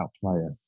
player